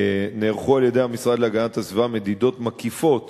נערכו על-ידי המשרד להגנת הסביבה מדידות מקיפות